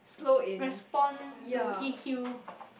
respond to E_Q